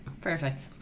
Perfect